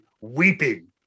weeping